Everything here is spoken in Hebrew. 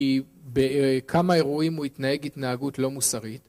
‫בכמה אירועים הוא התנהג ‫התנהגות לא מוסרית?